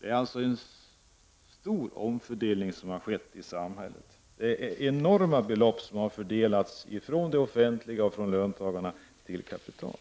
Det är alltså en stor omfördelning som har skett i samhället. Det är enorma belopp som har fördelats från det offentliga och från löntagarna till kapitalet.